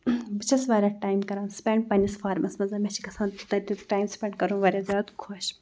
بہٕ چھَس واریاہ ٹایم کَران سپٮ۪نٛڈ پنٛنِس فارمَس منٛز مےٚ چھِ گژھان تَتہِ ٹایم سپٮ۪نٛڈ کَرُن واریاہ زیادٕ خۄش